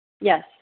Yes